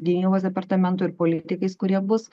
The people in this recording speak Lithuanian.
gynybos departamentu ir politikais kurie bus